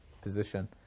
position